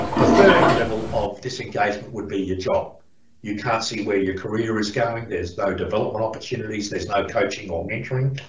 the third level of disengagement would be your job you can't see where your career is going there's no development opportunities, there's no coaching or mentoring